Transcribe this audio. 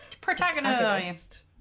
Protagonist